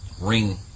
ring